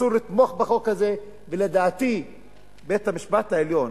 אסור לתמוך בחוק הזה, ולדעתי בית-המשפט העליון